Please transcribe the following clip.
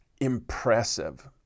impressive